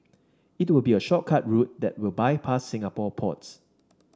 it will be a shortcut route that will bypass Singapore ports